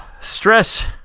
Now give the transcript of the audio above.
stress